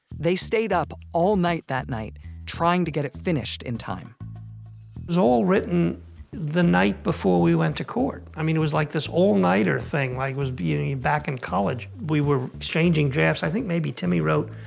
they stayed up all night that night trying to get it finished in time it was all written the night before we went to court. i mean, it was like this all-nighter thing, like it was being back in college. we were exchanging drafts, i think maybe timmy wrote,